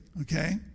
okay